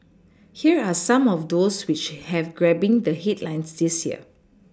here are some of those which have grabbing the headlines this year